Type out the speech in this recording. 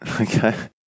okay